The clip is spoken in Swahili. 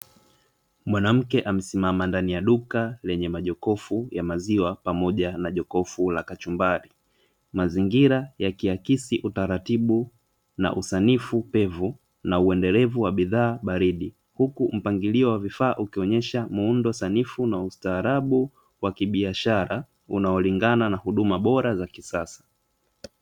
Mwanamke amesimama ndani ya duka lenye majokofu ya maziwa pamoja na jokofu la kachumbali mazingira yakiakisi utaratibu na usanifu pevu na uendelevu wa bidhaa baridi, huku mpangilio wa vifaa ukionesha muundo sanifu na ustaarabu wa kibiashara unao lingana na huduma bora na kisasa.